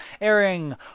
Airing